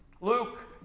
Luke